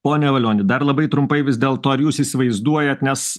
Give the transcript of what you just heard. pone valioni dar labai trumpai vis dėlto ar jūs įsivaizduojat nes